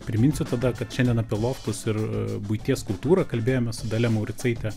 priminsiu tada kad šiandien apie loftus ir buities kultūrą kalbėjomės su dalia mauricaite